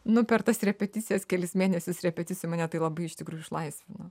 nu per tas repeticijas kelis mėnesius repeticijų mane tai labai iš tikrųjų išlaisvino